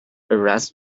arrest